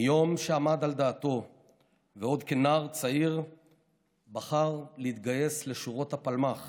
מיום שעמד על דעתו ועוד כנער צעיר בחר להתגייס לשורות הפלמ"ח